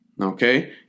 okay